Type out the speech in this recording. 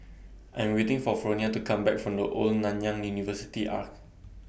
I Am waiting For Fronia to Come Back from The Old Nanyang University Arch